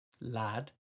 lad